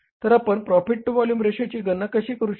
तर आपण profit to volume रेशोची गणना कशी करू शकता